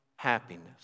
happiness